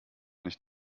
nicht